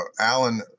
Alan